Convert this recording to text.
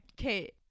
Okay